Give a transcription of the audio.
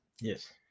yes